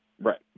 Right